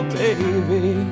baby